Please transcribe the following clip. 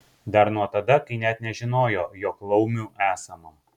dar nuo tada kai net nežinojo jog laumių esama